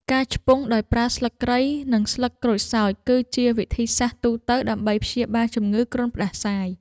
ការឆ្ពង់ដោយប្រើស្លឹកគ្រៃ និងស្លឹកក្រូចសើច គឺជាវិធីសាស្ត្រទូទៅដើម្បីព្យាបាលជំងឺគ្រុនផ្តាសាយ។